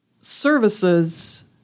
services